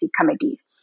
committees